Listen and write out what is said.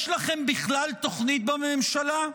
יש לכם בכלל תוכנית בממשלה?